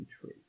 tree